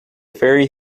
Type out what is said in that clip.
very